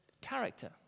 character